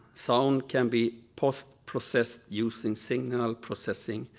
sound can be processed processed using single processing.